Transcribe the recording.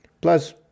Plus